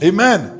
Amen